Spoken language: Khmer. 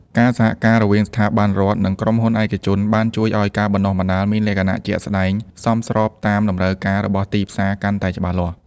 ការសហការរវាងស្ថាប័នរដ្ឋ និងក្រុមហ៊ុនឯកជន បានជួយឱ្យការបណ្តុះបណ្តាលមានលក្ខណៈជាក់ស្តែង សមស្របតាមតម្រូវការរបស់ទីផ្សារកាន់តែច្បាស់លាស់។